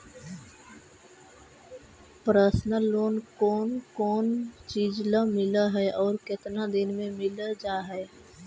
Personal loan कोन कोन चिज ल मिल है और केतना दिन में मिल जा है?